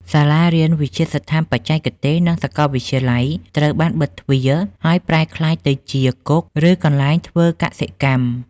សាលារៀន វិទ្យាស្ថានបច្ចេកទេស និងសាកលវិទ្យាល័យត្រូវបានបិទទ្វារ ហើយប្រែក្លាយទៅជាគុក ឬកន្លែងធ្វើការកសិកម្ម។